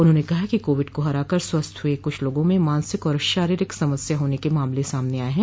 उन्होंने कहा कि कोविड को हराकर स्वस्थ हुए कुछ लोगों में मानसिक व शारीरिक समस्या होने के मामले सामने आये हैं